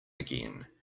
again